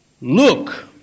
Look